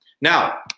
Now